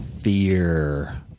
Fear